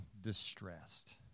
distressed